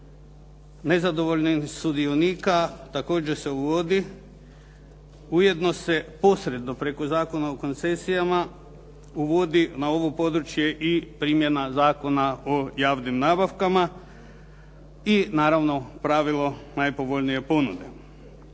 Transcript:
nezadovoljnih sudionika također se uvodi. Ujedno se posredno preko Zakona o koncesijama uvodi na ovo područje i primjena Zakona o javnim nabavkama i naravno pravilo najpovoljnije ponude.